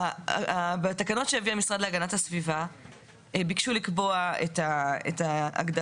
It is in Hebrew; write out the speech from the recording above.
בתקנות שהביא המשרד להגנת הסביבה ביקשו לקבוע את ההגדרה